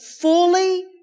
fully